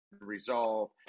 resolve